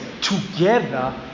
together